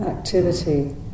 activity